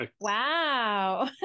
wow